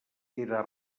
era